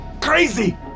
crazy